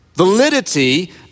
validity